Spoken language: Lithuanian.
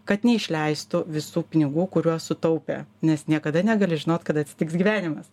kad neišleistų visų pinigų kuriuos sutaupė nes niekada negali žinoti kada atsitiks gyvenimas